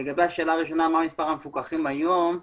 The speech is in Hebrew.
לגבי השאלה הראשונה, מה מספר המפוקחים היום: